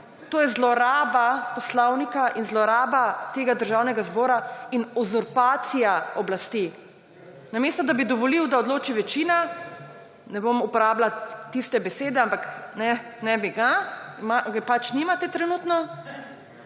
To je zloraba poslovnika in zloraba tega državnega zbora in uzurpacija oblasti. Namesto da bi dovolili, da odloči večina, ne bom uporabila tiste besede, ampak ne bi ga, ga pač nimate trenutno,